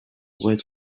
pourrait